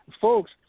Folks